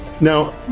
now